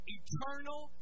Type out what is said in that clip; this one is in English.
eternal